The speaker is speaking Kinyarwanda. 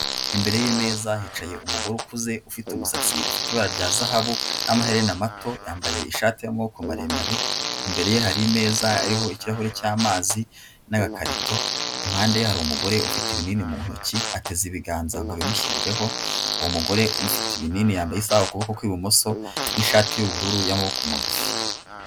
Imbere y'imeza hicaye umugore ukuze ufite umusatsi ufite ibara rya zahabu n'amaherena mato yambaye ishati y'amaboko maremare imbere ye hari ameza hariho ikirahuri cy'amazi n'agakarito impande ye hari umugore ufite ibinini mu ntoki ateze ibiganza ngo abimushyirireho uwo mugore ufite ibinini yambaye isaha kukuboko kw'ibumoso n'ishati y'ubururu n'amaboko magufi.